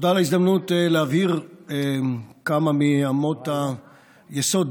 תודה על ההזדמנות להבהיר כמה מאמות היסוד